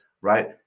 right